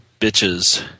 bitches